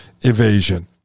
evasion